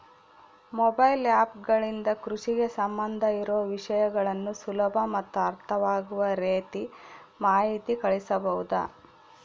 Mobile app ಗಳಿಂದ ಕೃಷಿಗೆ ಸಂಬಂಧ ಇರೊ ವಿಷಯಗಳನ್ನು ಸುಲಭ ಮತ್ತು ಅರ್ಥವಾಗುವ ರೇತಿ ಮಾಹಿತಿ ಕಳಿಸಬಹುದಾ?